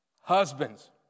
Husbands